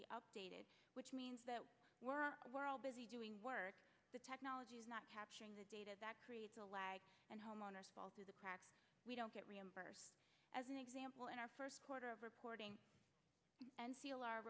be updated which means we're all busy doing work the technology is not capturing the data that creates a lag and homeowners fall through the cracks we don't get reimbursed as an example in our first quarter of reporting and seal